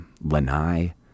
Lanai